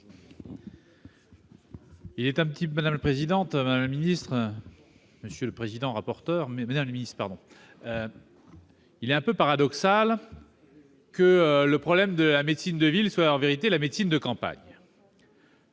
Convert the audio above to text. Il est quelque peu paradoxal que le problème de la médecine de ville soit la médecine de campagne